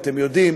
או אתם יודעים,